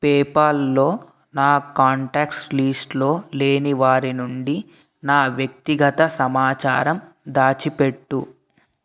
పేపాల్లో నా కాంటాక్ట్స్ లిస్టులో లేని వారి నుండి నా వ్యక్తిగత సమాచారం దాచిపెట్టు